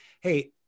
hey